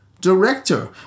director